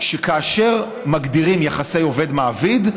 שכאשר מגדירים יחסי עובד מעביד,